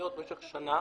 חשבוניות במשך שנה,